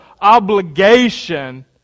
obligation